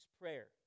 prayer